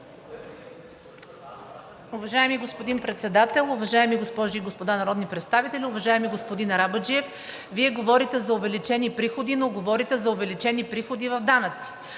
Уважаеми господин Председател, уважаеми госпожи и господа народни представители! Уважаеми господин Арабаджиев, Вие говорите за увеличени приходи, но говорите за увеличени приходи в данъци,